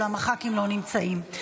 אולם הח"כים לא נמצאים.